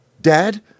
Dad